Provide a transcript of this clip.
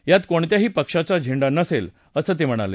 यात कोणत्याही पक्षाचा झेंडा नसेल असं ते म्हणाले